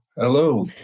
Hello